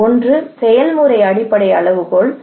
கூறுகளில் ஒன்று செயல்முறை அடிப்படை அளவுகோல்கள்